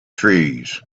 trees